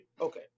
Okay